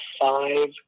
five